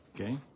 Okay